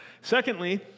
Secondly